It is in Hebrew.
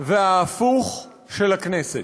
וההפוך של הכנסת.